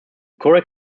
correct